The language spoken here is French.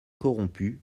corrompu